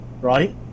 right